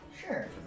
Sure